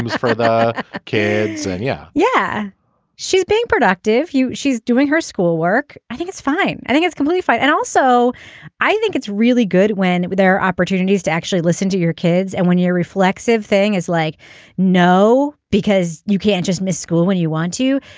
for the ah kids. and yeah. yeah she's being productive. she's doing her schoolwork i think it's fine. i think it's completely fine and also i think it's really good when there are opportunities to actually listen to your kids and when you're reflexive thing is like no because you can't just miss school when you want to.